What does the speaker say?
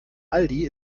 aldi